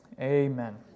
amen